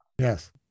Yes